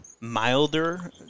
milder